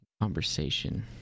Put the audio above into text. conversation